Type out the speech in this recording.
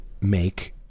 make